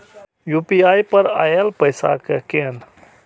UPI पर आएल पैसा कै कैन?